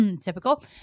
Typical